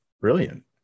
brilliant